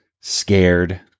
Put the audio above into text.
scared